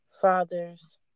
fathers